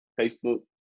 Facebook